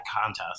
contest